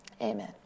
amen